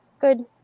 good